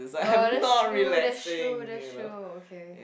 uh that's true that's true that's true okay